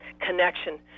connection